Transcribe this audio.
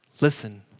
Listen